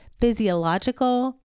physiological